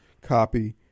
copy